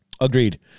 Agreed